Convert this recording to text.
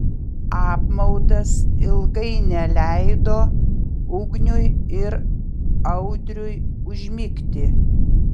apmaudas ilgai neleido ugniui ir audriui užmigti